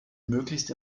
möglichst